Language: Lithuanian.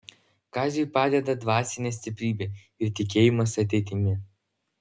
kaziui padeda dvasinė stiprybė ir tikėjimas ateitimi